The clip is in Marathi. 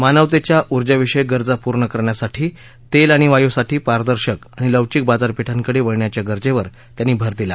मानवतच्या ऊर्जाविषयक गरजा पूर्ण करण्यासाठी तत्त्वआणि वायूसाठी पारदर्शक आणि लवचिक बाजारपठीकडक्रिण्याच्या गरजत्त्व त्यांनी भर दिला